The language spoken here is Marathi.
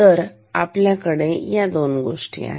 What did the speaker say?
तर आपल्याकडे ह्या 2 गोष्टी आहेत